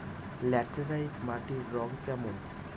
Laterite মাটির রং কেমন?